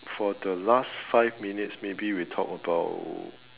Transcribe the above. for the last five minutes maybe we talk about